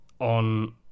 on